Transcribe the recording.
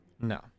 No